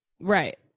Right